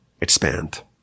expand